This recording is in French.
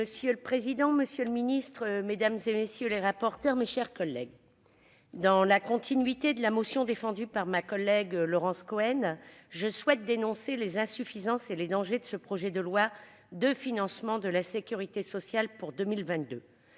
Monsieur le président, messieurs les ministres, mes chers collègues, dans la continuité de la motion défendue par ma collègue Laurence Cohen, je souhaite dénoncer les insuffisances et les dangers de ce projet de loi de financement de la sécurité sociale pour 2022.